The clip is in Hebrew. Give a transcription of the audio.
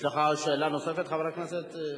יש לך שאלה נוספת, חבר הכנסת שי?